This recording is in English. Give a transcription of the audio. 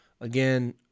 again